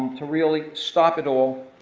to really stop it all.